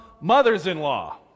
Mothers-in-law